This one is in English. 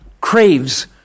craves